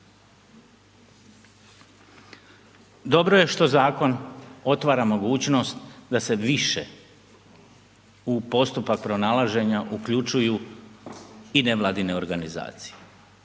Dobro je što zakon otvara mogućnost da se više u postupak pronalaženja uključuju i nevladine organizacije.